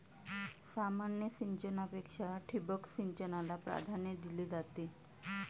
सामान्य सिंचनापेक्षा ठिबक सिंचनाला प्राधान्य दिले जाते